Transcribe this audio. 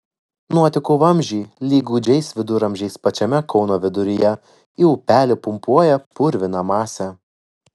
nuotekų vamzdžiai lyg gūdžiais viduramžiais pačiame kauno viduryje į upelį pumpuoja purviną masę